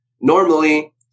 normally